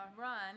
run